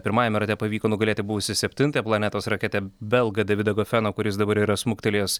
pirmajame rate pavyko nugalėti buvusią septintą planetos raketę belgą davidą gofeno kuris dabar yra smuktelėjęs